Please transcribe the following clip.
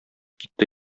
китте